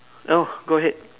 no go ahead